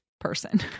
person